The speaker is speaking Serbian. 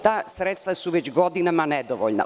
Ta sredstva su već godinama nedovoljna.